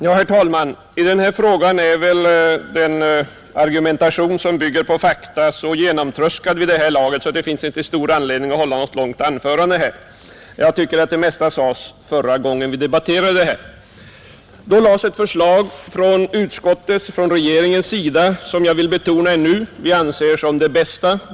Herr talman! I denna fråga är väl den argumentation som bygger på fakta så genomtröskad vid detta laget att det inte finns stor anledning att hålla något längre anförande. Jag tycker att det mesta sades förra gången vi debatterade denna fråga. Då framlades från utskottets och regeringens sida ett förslag som — det vill jag ännu en gång betona — vi anser som det bästa.